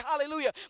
hallelujah